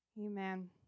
Amen